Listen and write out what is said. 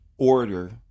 order